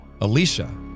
Alicia